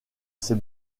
ses